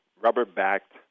rubber-backed